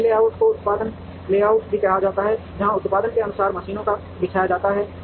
line layout को उत्पाद layout भी कहा जाता है जहां उत्पाद के अनुसार मशीनों को बिछाया जाता है